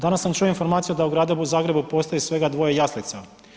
Danas sam čuo informaciju da u Gradu Zagrebu postoje svega dvoje jaslice.